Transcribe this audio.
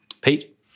Pete